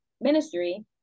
ministry